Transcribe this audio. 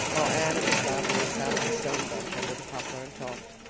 while anne and miss lavendar sat on the stone bench under the poplar and talked.